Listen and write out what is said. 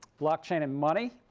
blockchain and money,